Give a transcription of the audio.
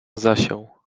zasiał